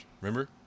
remember